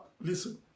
listen